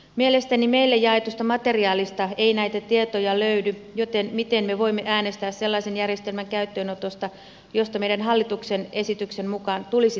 mielestäni meille jaetusta materiaalista ei näitä tietoja löydy joten miten me voimme äänestää sellaisen järjestelmän käyttöönotosta josta meidän hallituksen esityksen mukaan tulisi tietää enemmän